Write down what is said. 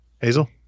Hazel